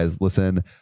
listen